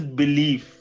belief